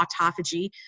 autophagy